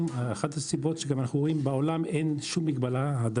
אחת הסיבות שגם אנחנו רואים בעולם בשום מקום אין שום מגבלה.